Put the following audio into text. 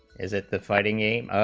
as if the fighting game